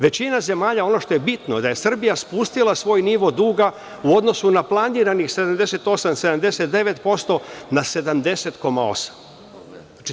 Većina zemalja, ono što je bitno, da je Srbija spustila svoj nivo duga u odnosu na planiranih 78, 79% ma 70,8%